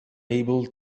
able